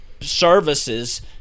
services